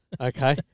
Okay